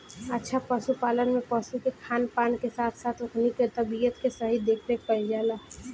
अच्छा पशुपालन में पशु के खान पान के साथ साथ ओकनी के तबियत के सही देखरेख कईल जाला